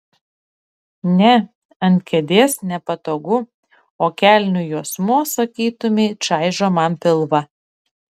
ne ant kėdės nepatogu o kelnių juosmuo sakytumei čaižo man pilvą